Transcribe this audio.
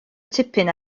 tipyn